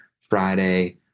Friday